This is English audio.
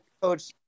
coach